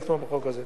לתמוך בחוק הזה.